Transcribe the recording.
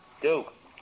duke